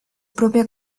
propia